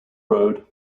road